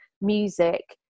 music